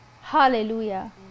Hallelujah